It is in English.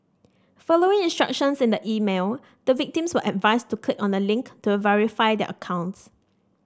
following instructions in the email the victims were advised to click on a link to verify their accounts